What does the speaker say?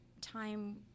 time